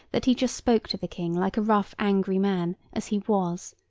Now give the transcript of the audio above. that he just spoke to the king like a rough, angry man as he was,